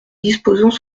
disposons